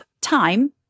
time